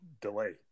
delay